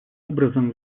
образом